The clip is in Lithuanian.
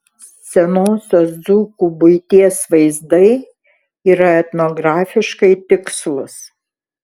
senosios dzūkų buities vaizdai yra etnografiškai tikslūs